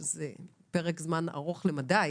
שזה פרק זמן ארוך למדי